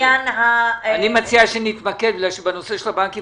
אני מציע שנתמקד בגלל שבנושא של הבנקים